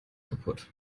kaputt